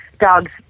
dogs